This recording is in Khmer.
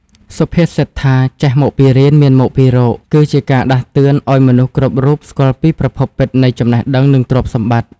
សុភាសិតថា «ចេះមកពីរៀន មានមកពីរក» គឺជាការដាស់តឿនឱ្យមនុស្សគ្រប់រូបស្គាល់ពីប្រភពពិតនៃចំណេះដឹង និងទ្រព្យសម្បត្តិ។